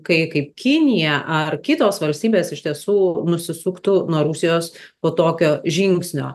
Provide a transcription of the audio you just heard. kai kaip kinija ar kitos valstybės iš tiesų nusisuktų nuo rusijos po tokio žingsnio